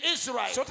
Israel